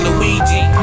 Luigi